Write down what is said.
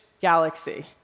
galaxy